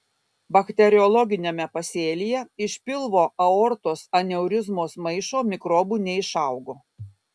bakteriologiniame pasėlyje iš pilvo aortos aneurizmos maišo mikrobų neišaugo